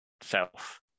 self